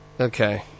Okay